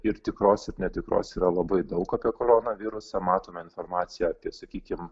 ir tikrosios ir netikros yra labai daug apie koronavirusą matome informaciją apie sakykim